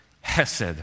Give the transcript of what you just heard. hesed